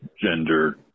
gender